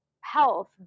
health